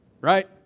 Right